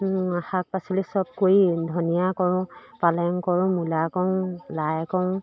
শাক পাচলি চব কৰি ধনিয়া কৰো পালেং কৰো মূলা কৰো লাই কৰো